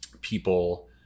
people